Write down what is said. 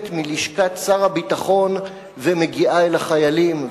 מלשכת שר הביטחון ומגיעה אל החיילים.